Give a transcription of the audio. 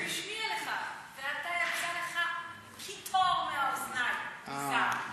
ואתה, יצא לך קיטור מהאוזניים מזעם.